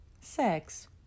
sex